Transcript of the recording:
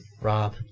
Rob